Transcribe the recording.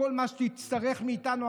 כל מה שתצטרך מאיתנו,